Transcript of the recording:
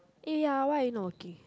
eh ya why you not okay